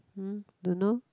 hmm don't know